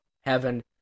heaven